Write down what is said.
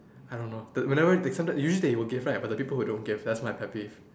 I don't know the whenever like sometimes usually they will give right but the people who don't give that's my pet peeve